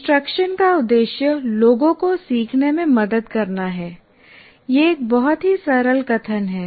instruction का उद्देश्य लोगों को सीखने में मदद करना है यह एक बहुत ही सरल कथन है